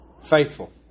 faithful